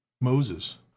Moses